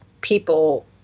people